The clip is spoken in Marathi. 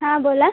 हा बोला